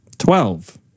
Twelve